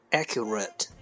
：accurate